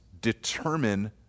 determine